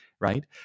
right